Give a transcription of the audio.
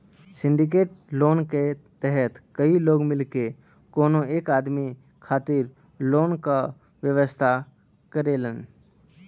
syndicate loan क तहत कई लोग मिलके कउनो एक आदमी खातिर लोन क व्यवस्था करेलन